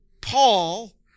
Paul